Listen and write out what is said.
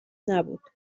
نبود